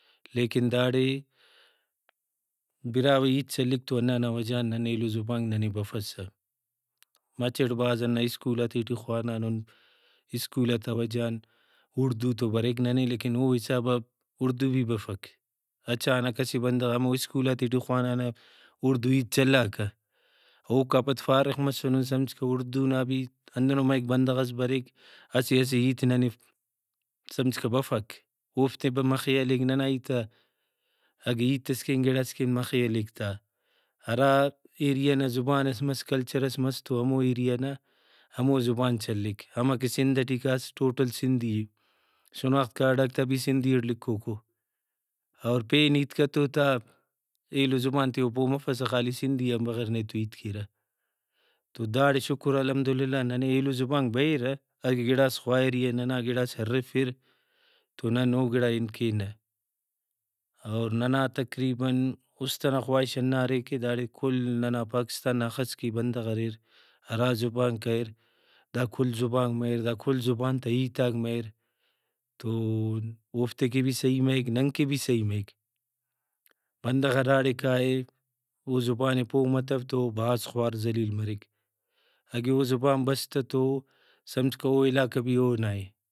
لیکن داڑے براہوئی ہیت چلیک تو ہندا نا وجہ غان ننے ایلو زبانک ننے بفسہ مچٹ بھاز ہندا اسکولاتیٹی خوانانُن اسکولاتا وجہ غان اردو تو بریک ننے لیکن او حسابا اردو بھی بفک اچانک اسہ بندغ ہمو اسکولاتے ٹی خوانانہ اردو ہیت چلاکہ اوکا پد فارغ مسن ہندن سمجھکہ اردو نا بھی ہندنو مریک بندغس بریک اسہ اسہ ہیتے ننے سمجھکہ بفک اوفتے بھی مخے ہلیک ننا ہیتا اگہ ہیتس کین گڑاس کین مخے ہلیک تا ۔ہرا ایریا نا زبان ئس مس کلچر ئس مس تو ہمو ایریا نا ہمو زبان چلیک امر کہ سندھ ٹی کاس ٹوٹل سندھی اے شناخی کارڈاک تا بھی سندھی اٹ لکھوکو اور پین ہیت کہ تو تا ایلو زبانتے او پہہ مفسہ خالی سندھی آن بغیر نے تو ہیت کیرہ تو داڑے شکر الحمد للہ ننے ایلو زبانک بریرہ اگہ گڑاس خواہر ایہان ننا گڑاس ہرفر تو نن اوگڑائے انت کینہ اور ننا تقریباً اُست ئنا خواہش ہنداارے کہ داڑے کل ننا پاکستان نا ہخس کہ بندغ اریر ہرا زبانک اریر دا کل زبانک مریر دا کل زبان تا ہیتاک مریر تو اوفتیکہ بھی سہی مریک ننکہ بھی سہی مریک۔ بندغ ہراڑے کائے او زبانے پہہ متو تو او بھاز خوار زلیل مریک اگہ او زبان بس تہ تو سمجھکہ او علاقہ بھی اونائے